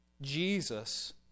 Jesus